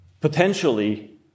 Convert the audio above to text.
potentially